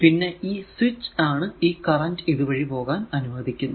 പിന്നെ ഈ സ്വിച്ച് ആണ് ഈ കറന്റ് ഇതുവഴി പോകാൻ അനുവദിക്കുന്നത്